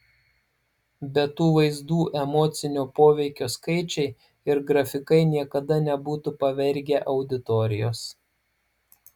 be tų vaizdų emocinio poveikio skaičiai ir grafikai niekada nebūtų pavergę auditorijos